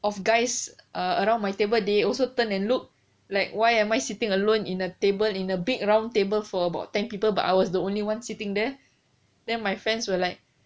of guys around my table they also turn and look like why am I sitting alone in a table in a big round table for about ten people but I was the only one sitting there then my friends will like